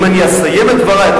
אם אני אסיים את דברי.